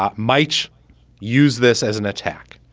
um might use this as an attack.